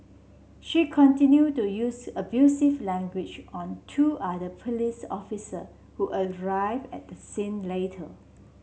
she continued to use abusive language on two other police officer who arrived at the scene later